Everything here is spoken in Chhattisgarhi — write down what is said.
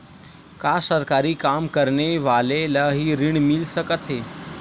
का सरकारी काम करने वाले ल हि ऋण मिल सकथे?